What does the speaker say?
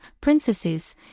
princesses